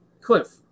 Cliff